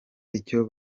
icyo